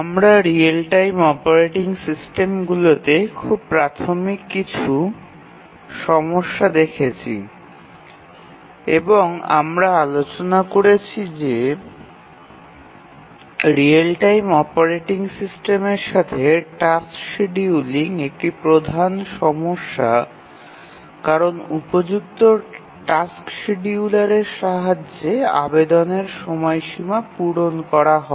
আমরা real time operating সিস্টেমগুলিতে খুব প্রাথমিক কিছু সমস্যা দেখেছি এবং আমরা আলোচনা করেছি যে রিয়েল টাইম অপারেটিং সিস্টেমের সাথে টাস্ক শিডিউলিং একটি প্রধান সমস্যা কারণ উপযুক্ত টাস্ক শিডিয়ুলারের সাহায্যে আবেদনের সময়সীমা পূরণ করা হয়